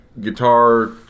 guitar